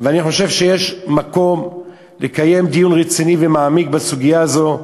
אני חושב שיש מקום לקיים דיון רציני ומעמיק בסוגיה הזאת.